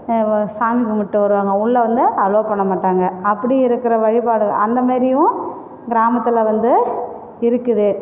சாமி கும்பிட்டு வருவாங்க உள்ளே வந்தால் அலோ பண்ண மாட்டாங்க அப்படி இருக்கிற வழிபாடு அந்தமாரியும் கிராமத்தில் வந்து இருக்குது